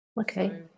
Okay